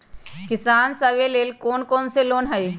किसान सवे लेल कौन कौन से लोने हई?